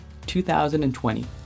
2020